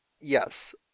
Yes